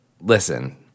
listen